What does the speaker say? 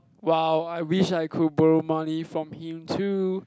well I wished I could borrow money from him too